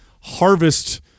harvest